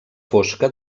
fosca